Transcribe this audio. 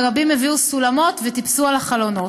ורבים הביאו סולמות וטיפסו על החלונות.